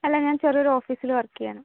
അല്ല ഞാൻ ചെറിയൊരു ഓഫീസിൽ വർക്ക് ചെയ്യുകയാണ്